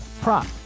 prop